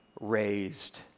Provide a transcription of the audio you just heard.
raised